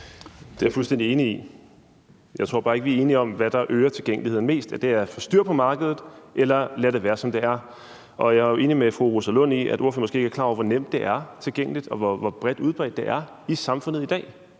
Det er jeg fuldstændig enig i. Jeg tror bare ikke, vi er enige om, hvad der øger tilgængeligheden mest – om det er at få styr på markedet eller at lade det være, som det er. Og jeg er jo enig med fru Rosa Lund i, at ordføreren måske ikke er klar over, hvor let tilgængeligt og hvor bredt udbredt det er i samfundet i dag.